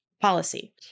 policy